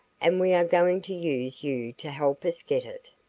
and we are going to use you to help us get it.